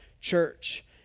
church